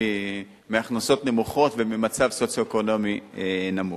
מהכנסות נמוכות וממצב סוציו-אקונומי נמוך.